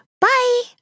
Bye